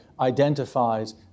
identifies